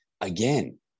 again